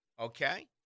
okay